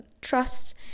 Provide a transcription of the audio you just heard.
trust